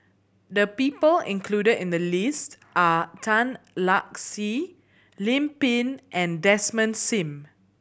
the people included in the list are Tan Lark Sye Lim Pin and Desmond Sim